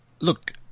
look